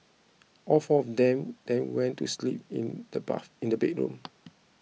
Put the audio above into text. all four of them then went to sleep in the bath in the bedroom